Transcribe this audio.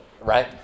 right